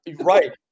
right